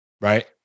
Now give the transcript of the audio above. Right